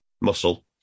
Muscle